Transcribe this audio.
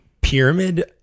pyramid